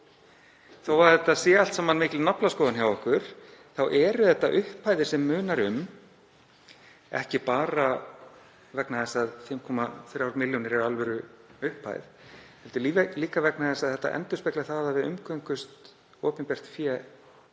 Þó að þetta sé allt saman mikil naflaskoðun hjá okkur þá eru þetta upphæðir sem munar um, ekki bara vegna þess að 5,3 milljónir eru alvöruupphæð heldur líka vegna þess að þetta endurspeglar það að við umgöngumst opinbert fé